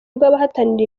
rw’abahatanira